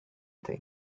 thing